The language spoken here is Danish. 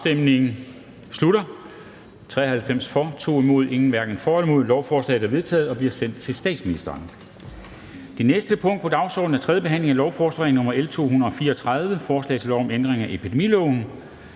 stemte 2 (LA), hverken for eller imod stemte 0. Lovforslaget er vedtaget og vil blive sendt til statsministeren. --- Det næste punkt på dagsordenen er: 3) 3. behandling af lovforslag nr. L 234: Forslag til lov om ændring af epidemiloven.